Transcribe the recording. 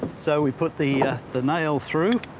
so we put the the nail through.